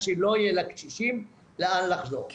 הבעיה היא שלא יהיה לקשישים לאן לחזור,